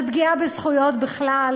על פגיעה בזכויות בכלל